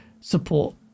support